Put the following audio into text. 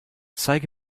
zeige